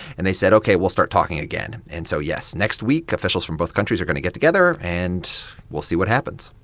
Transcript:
and they said, ok, we'll start talking again. and so, yes, next week, officials from both countries are going to get together, and we'll see what happens.